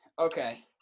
Okay